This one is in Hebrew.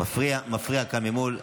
מפריע כאן ממול.